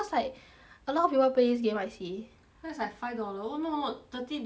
a lot of people plays this game I see that's like five dollar oh no thirty dollar for 一个 map